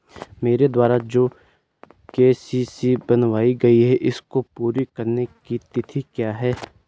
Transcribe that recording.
मेरे द्वारा जो के.सी.सी बनवायी गयी है इसको पूरी करने की तिथि क्या है?